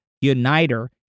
uniter